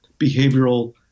behavioral